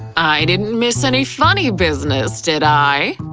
i didn't miss any funny business, did i?